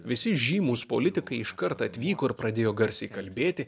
visi žymūs politikai iškart atvyko ir pradėjo garsiai kalbėti